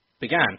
began